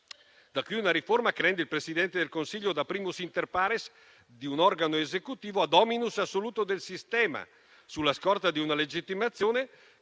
Da qui una riforma che rende il Presidente del Consiglio, da *primus inter pares* di un organo esecutivo, *dominus* assoluto del sistema, sulla scorta di una legittimazione